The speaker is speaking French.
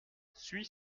suis